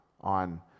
on